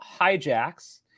hijacks